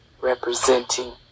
representing